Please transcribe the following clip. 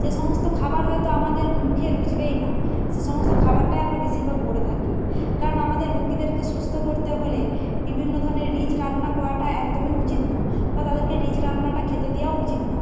সে সমস্ত খাবার হয়তো আমাদের মুখে রুচবেই না সেই সমস্ত খাবারটাই আমরা বেশিরভাগ করে থাকি কারণ আমাদের রুগীদেরকে সুস্থ করতে হলে বিভিন্ন ধরনের রিচ রান্না করাটা একদমই উচিত না বা তাদেরকে রিচ রান্নাটা খেতে দেওয়াও উচিত না